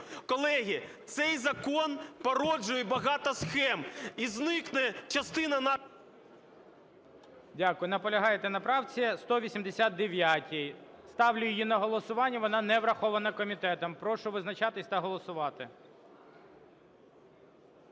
Колеги, цей закон породжує багато схем, і зникне частина… ГОЛОВУЮЧИЙ. Дякую. Наполягаєте на правці 189. Ставлю її на голосування, вона не врахована комітетом. Прошу визначатися та голосувати.